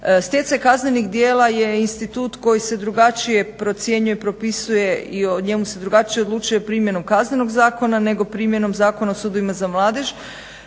Stjecaj kaznenih djela je institut koji se drugačije procjenjuje, propisuje i o njemu se drugačije odlučuje primjenom Kaznenog zakona nego primjenom Zakona o sudovima za mladež.